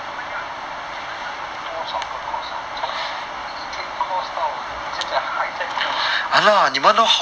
你们要有多少个 course ah 从第一天 course 到现在还在 course